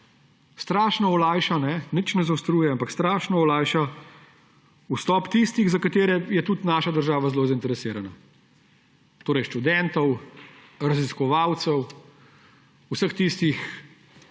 strašno olajša, nič ne zaostruje, ampak strašno olajša vstop tistih, za katere je tudi naša država zelo zainteresirana – torej študentov, raziskovalcev, vseh tistih